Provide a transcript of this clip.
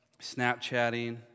Snapchatting